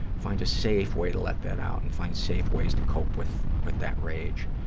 find a safe way to let that out and find safe ways to cope with with that rage.